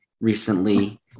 recently